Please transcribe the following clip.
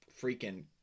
freaking